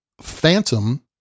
Phantom